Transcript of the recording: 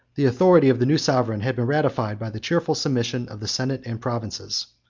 the authority of the new sovereign had been ratified by the cheerful submission of the senate and provinces.